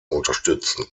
unterstützen